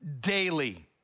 daily